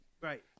Right